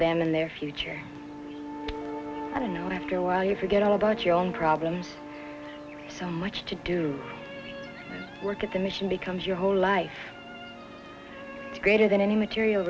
them and their future i don't know after a while you forget all about your own problems so much to do work at the mission becomes your whole life greater than any material